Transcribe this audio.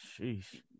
Sheesh